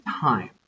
time